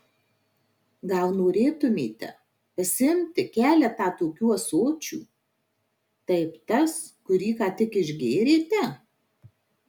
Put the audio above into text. gal norėtumėte pasiimti keletą tokių ąsočių taip tas kurį ką tik išgėrėte